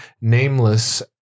Nameless